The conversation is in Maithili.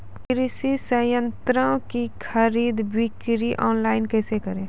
कृषि संयंत्रों की खरीद बिक्री ऑनलाइन कैसे करे?